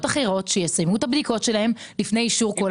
אחרות שיסיימו את הבדיקות שלהן לפני אישור כל עמותה.